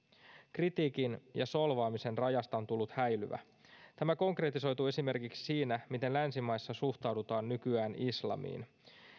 kritiikin ja solvaamisen rajasta on tullut häilyvä tämä konkretisoituu esimerkiksi siinä miten länsimaissa suhtaudutaan nykyään islamiin